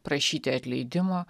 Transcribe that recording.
prašyti atleidimo